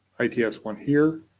i t s one here,